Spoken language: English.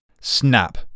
snap